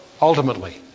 ultimately